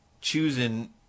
choosing